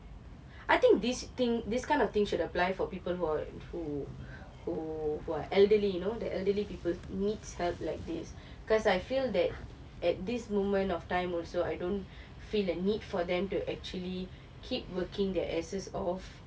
I think this thing this kind of thing should apply for people who are who who who are elderly you know the elderly people needs help like this cause I feel that at this moment of time also I don't feel the need for them to actually keep working their asses off